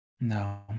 No